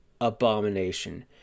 abomination